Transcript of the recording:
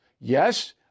Yes